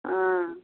हॅं